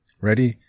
Ready